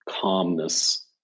calmness